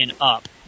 Up